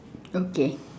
okay